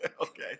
Okay